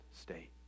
state